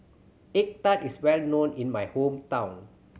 egg tart is well known in my hometown